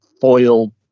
foil